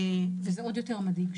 זה עוד יותר מדאיג.